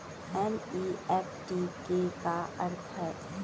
NEFT के का अर्थ है?